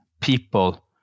people